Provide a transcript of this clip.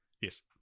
Yes